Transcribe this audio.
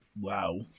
Wow